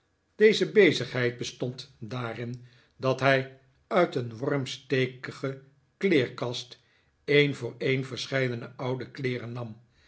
deze bezigheid bestond daarin dat hij uit een wormstekige kleerkast een voor een verscheidene oude kleeren nam